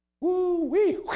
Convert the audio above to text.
Woo-wee